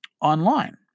online